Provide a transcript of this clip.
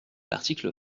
l’article